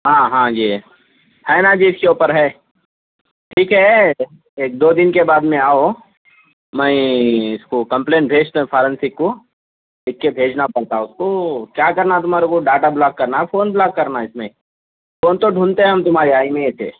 ہاں ہاں یہ ہے نا جی اس کے اوپر ہے ٹھیک ہے ایک دو دن کے بعد میں آؤ میں اس کو کمپلین بھیجتا ہوں فارنسک کو لکھ کے بھیجنا پڑتا اس کو کیا کرنا ہے تمہارے کو ڈاٹا بلاک کرنا فون بلاک کرنا اس میں فون تو دھونڈتے ہم تمہاری آئی ایم ای آئی سے